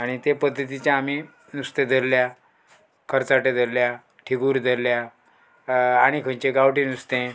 आनी तें पद्दतीचे आमी नुस्तें धरल्या खर्चाटे धरल्या थिगूर धरल्या आणी खंयचे गांवठी नुस्तें